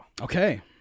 okay